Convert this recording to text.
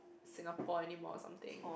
Singapore anymore or something